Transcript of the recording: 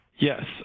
Yes